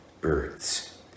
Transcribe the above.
birds